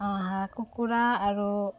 হাঁহ কুকুৰা আৰু